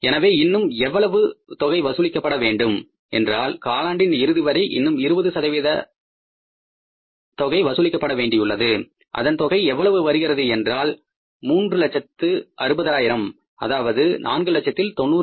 எனவே இன்னும் எவ்வளவு தொகை வசூலிக்கப்பட வேண்டும் என்றால் கால் ஆண்டின் இறுதிவரை இன்னும் 20 வசூலிக்கப்பட வேண்டியுள்ளது அதன் தொகை எவ்வளவு வருகின்றது என்றால் 3 லட்சத்து 60 ஆயிரம் அதாவது 4 லட்சத்தில் 90